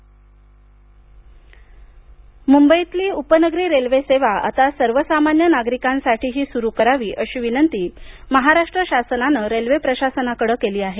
local सेवा मुंबईतली उपनगरी रेल्वे सेवा आता सर्वसामान्य नागरिकांसाठीही सुरू करावी अशी विनंती महाराष्ट्र शासनानं रेल्वे प्रशासनाकडे केली आहे